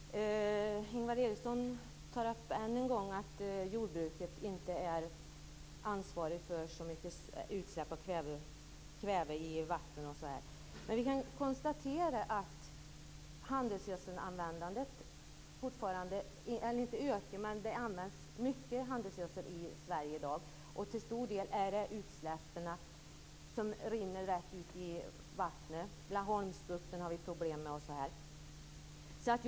Herr talman! Ingvar Eriksson säger än en gång att jordbruket inte är ansvarigt för mycket av kväveutsläppen i t.ex. vatten. Vi kan konstatera att det används mycket handelsgödsel i Sverige i dag. Till stor del rinner utsläppen rätt ut i vatten. Vi har problem bl.a. med Laholmsbukten.